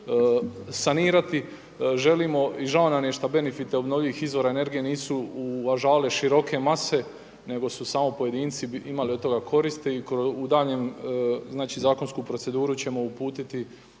sanirati. Želimo i žao nam je šta benefite obnovljivih izvora energije nisu uvažavale široke mase nego su samo pojedinci imali od toga koristi i u daljnjem, znači zakonsku proceduru ćemo uputiti